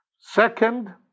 Second